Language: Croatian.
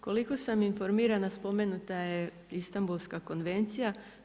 Koliko sam informirana spomenuta je Istambulska konvencija.